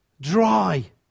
dry